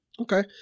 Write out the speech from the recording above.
Okay